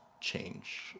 change